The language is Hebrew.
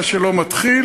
מה שלא מתחיל,